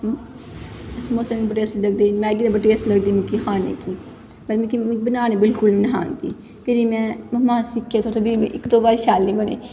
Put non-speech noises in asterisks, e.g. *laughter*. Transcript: समोसे मिगी बड़े अच्छे लगदे हे मैगी ते बड़ी टेस्ट लगदी ही मिगी खाने गी पैह्लें मिगी बनाने बिलकुल बा निं ही आंदी फिर में मम्मा सिक्खे *unintelligible* इक दो बार शैल निं बने